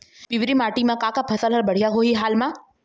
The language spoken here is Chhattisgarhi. पिवरी माटी म का का फसल हर बढ़िया होही हाल मा?